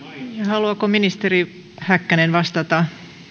haluaako ministeri häkkänen vastata